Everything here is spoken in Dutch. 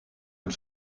een